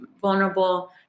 vulnerable